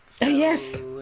yes